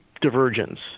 divergence